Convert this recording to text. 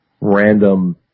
random